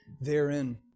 therein